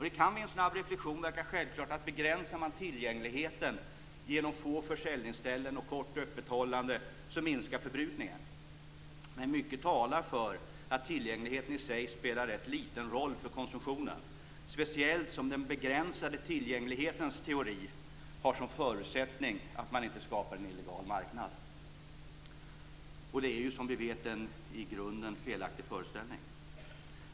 Det kan vid en snabb reflexion verka självklart att begränsar man tillgängligheten genom få försäljningsställen och kort öppethållande så minskar förbrukningen, men mycket talar för att tillgängligheten i sig spelar rätt liten roll för konsumtionen, speciellt som den begränsade tillgänglighetens teori har som förutsättning att man inte skapar en illegal marknad. Det är ju, som vi vet, en i grunden felaktig föreställning.